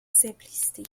simplicité